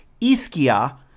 Ischia